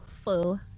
full